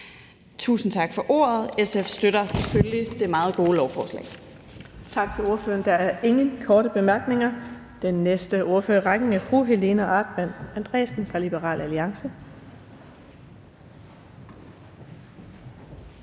Tusind tak for ordet. SF støtter selvfølgelig det meget gode lovforslag.